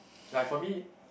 like for me